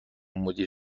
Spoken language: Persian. مدیر